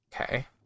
Okay